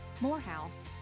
Morehouse